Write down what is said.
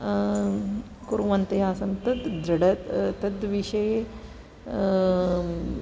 कुर्वन् ते आसन् तत् दृढ तद्विषये